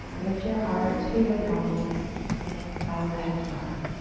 lift your heart to your thumbs and let's bow the head to the heart.